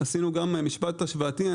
עשינו גם משפט השוואתי.